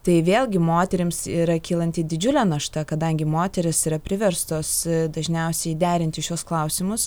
tai vėlgi moterims yra kylanti didžiulė našta kadangi moteris yra priverstos dažniausiai derinti šiuos klausimus